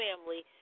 family